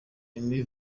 aimé